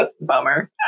Bummer